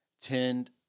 tend